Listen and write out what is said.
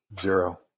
Zero